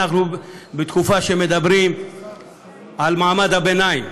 אנחנו בתקופה שמדברים בה על מעמד הביניים.